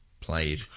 played